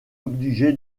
obligé